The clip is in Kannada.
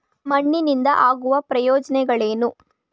ಮಣ್ಣಿನಿಂದ ಆಗುವ ಪ್ರಯೋಜನಗಳೇನು?